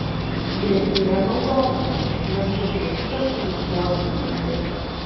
grėsmė naudotojams neskubėkite su viskuo sutikti